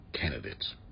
candidates